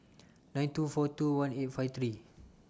nine two four two one eight five three